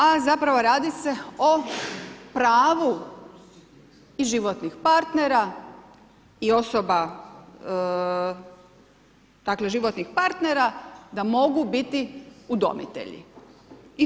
A zapravo radi se o pravu i životnih partnera i osoba, dakle, životnih partnera da mogu biti udomitelji.